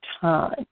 time